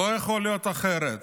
לא יכול להיות אחרת.